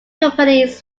companies